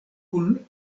kun